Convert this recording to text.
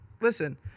listen